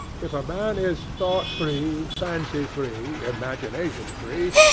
if a man is thought-free, fancy-free, imagination-free,